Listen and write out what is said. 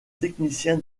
technicien